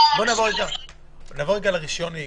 נעבור לרשיון הנהיגה.